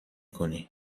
کنی